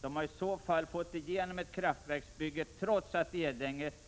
Dessa har i så fall fått igenom ett kraftverksbygge, trots att Edängeforsen